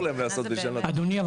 אדוני,